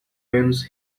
wins